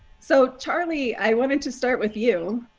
so, charlie, i wanted to start with you